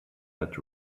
that